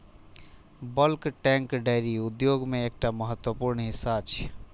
bulk tank dairy उद्योग के एकटा महत्वपूर्ण हिस्सा छियै